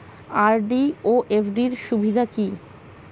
RD ও FD র সুবিধা কি?